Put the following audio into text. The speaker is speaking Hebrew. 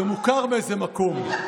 זה מוכר מאיזה מקום,